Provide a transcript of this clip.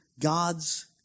God's